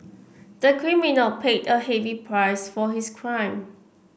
the criminal paid a heavy price for his crime